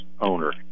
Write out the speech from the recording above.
owner